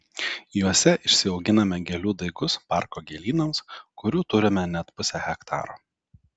juose išsiauginame gėlių daigus parko gėlynams kurių turime net pusę hektaro